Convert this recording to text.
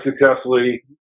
successfully